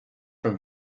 from